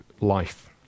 life